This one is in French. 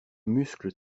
muscles